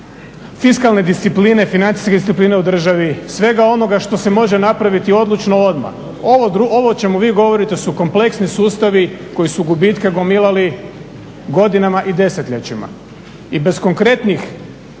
fiskalne discipline, financijske discipline u državi, svega onoga što se može napraviti odlučno odmah. Ovo o čemu vi govorite su kompleksni sustavi koji su gubitke gomilali godinama i desetljećima i bez konkretnih